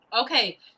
Okay